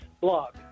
blog